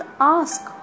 ask